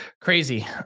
Crazy